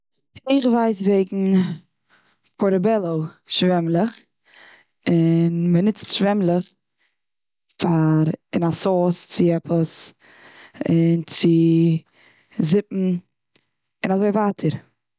איך ווייס וועגן פארטעבעלאו שוועמלעך, און, מ'ניצט שוועמלעך פאר, און א סאוס צו עפעס. און צו, זופן. און אזוי ווייטער.